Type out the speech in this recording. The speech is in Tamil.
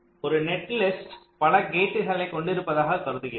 ஒரு நெட்லிஸ்ட் பல கேட்களை கொண்டிருப்பதாக கருதுகிறோம்